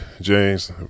James